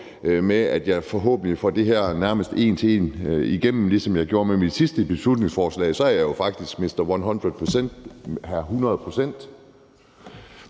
med, at jeg forhåbentlig får det her nærmest en til en igennem, ligesom jeg gjorde det med mit sidste beslutningsforslag. Så jeg er jo faktisk mr. 100